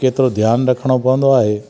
केतिरो ध्यानु रखिणो पवंदो आहे